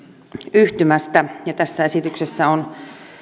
yhtymästä ja tässä esityksessä on